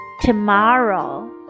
tomorrow